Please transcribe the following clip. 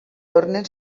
tornen